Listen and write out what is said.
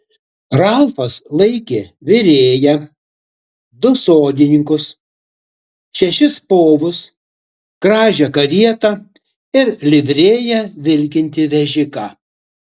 ralfas laikė virėją du sodininkus šešis povus gražią karietą ir livrėja vilkintį vežiką